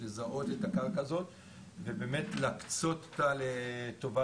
אז לזהות את הקרקע הזו ובאמת להקצות אותה לטובת